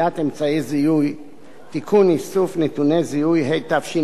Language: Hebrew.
(תיקון, איסוף נתוני זיהוי), התשע"א 2011,